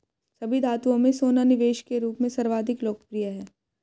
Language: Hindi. सभी धातुओं में सोना निवेश के रूप में सर्वाधिक लोकप्रिय है